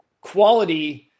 quality